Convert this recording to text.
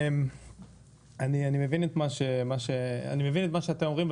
אני מבין את מה שאתם אומרים.